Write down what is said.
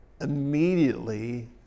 immediately